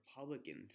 Republicans